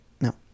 No